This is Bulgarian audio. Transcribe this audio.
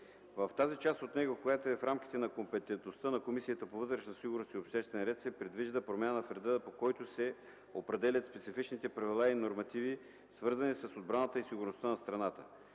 В тази част от него, която е в рамките на компетентността на Комисията по вътрешна сигурност и обществен ред, се предвижда промяна в реда, по който се определят специфичните правила и нормативи, свързани с отбраната и сигурността на страната.